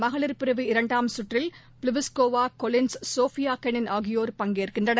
மகளிர் பிரிவு இரண்டாம் கற்றில் பிலிஸ்கோவா கோலின்ஸ் சோஃபியாகெனின் ஆகியோர் பங்கேற்கின்றனர்